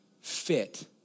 fit